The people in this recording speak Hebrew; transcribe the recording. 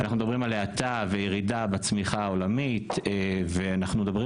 אנחנו מדברים על האטה וירידה בצמיחה העולמית ואנחנו מדברים